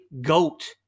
goat